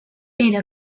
era